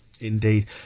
indeed